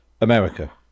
America